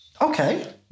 Okay